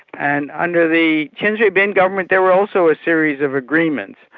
and under the chen shui-bian government there were also a series of agreements.